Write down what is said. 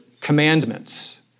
commandments